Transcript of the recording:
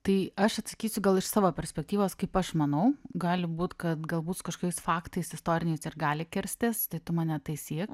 tai aš atsakysiu gal iš savo perspektyvos kaip aš manau gali būt kad galbūt su kažkokiais faktais istoriniais ir gali kirstis tai tu mane taisyk